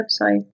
website